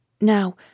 Now